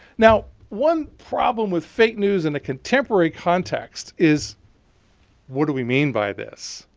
now one problem with fake news in the contemporary context is what do we mean by this.